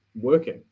working